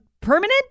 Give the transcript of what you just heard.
permanent